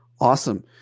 Awesome